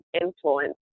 influence